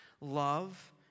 love